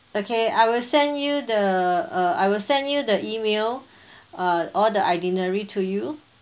okay I will send you the uh I will send you the email uh all the itinerary to you